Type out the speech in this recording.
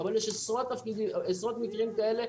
אבל יש עשרות מקרים כאלה,